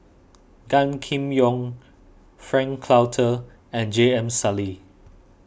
Gan Kim Yong Frank Cloutier and J M Sali